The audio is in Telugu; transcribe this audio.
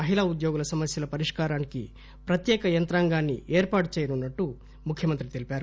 మహిళా ఉద్యోగుల సమస్యల పరిష్కారానికీ ప్రత్యేక యంత్రాంగాన్ని ఏర్పాటు చేయనున్నట్టు ముఖ్యమంత్రి తెలిపారు